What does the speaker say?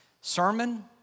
sermon